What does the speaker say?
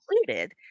included